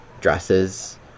dresses